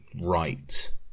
right